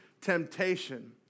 temptation